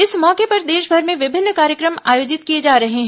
इस मौके पर देशभर में विभिन्न कार्यक्रम आयोजित किए जा रहे हैं